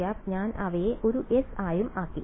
nˆ ഞാൻ അവയെ ഒരു s ആയും ആക്കി